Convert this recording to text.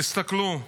תסתכלו,